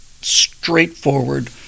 straightforward